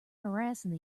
harassing